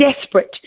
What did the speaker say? desperate